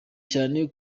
cyane